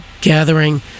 gathering